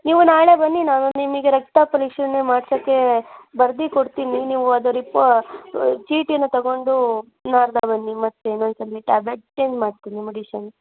ನೀವು ನಾಳೆ ಬನ್ನಿ ನಾನು ನಿಮಗೆ ರಕ್ತ ಪರೀಕ್ಷೆನೇ ಮಾಡ್ಸಕ್ಕೆ ಬರ್ದು ಕೊಡ್ತೀನಿ ನೀವು ಅದು ರಿಪೋ ಚೀಟಿನ ತೊಗೊಂಡು ನಾಡಿದ್ದು ಬನ್ನಿ ಮತ್ತೆ ಇನ್ನೊಂದು ಸಲ ಟ್ಯಾಬ್ಲೆಟ್ ಚೇಂಜ್ ಮಾಡ್ತೀನಿ ಮೆಡಿಶನ್